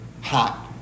Hot